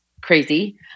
crazy